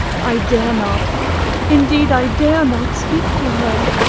i dare not indeed i dare not speak to her.